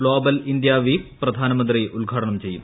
global India week പ്രധാനമന്ത്രി ഉദ്ഘാടനം ചെയ്യും